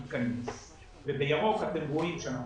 בירוק אתם רואים,